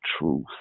truth